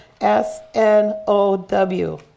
S-N-O-W